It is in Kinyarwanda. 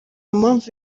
mpamvu